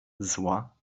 zła